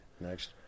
Next